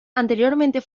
anteriormente